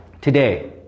today